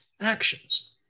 actions